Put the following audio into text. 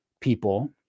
people